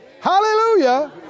Hallelujah